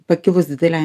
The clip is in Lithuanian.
pakilus dideliai